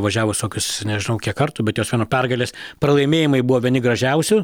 važiavo visokius nežinau kiek kartų bet jos vien nuo pergalės pralaimėjimai buvo vieni gražiausių